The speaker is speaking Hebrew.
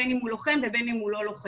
בין אם הוא לוחם ובין אם הוא לא לוחם.